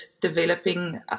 developing